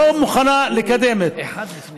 לא מוכנה לקדם (אומר דברים בשפה הערבית,